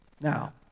Now